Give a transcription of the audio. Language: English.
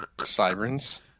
Sirens